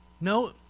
No